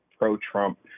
pro-Trump